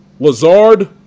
Lazard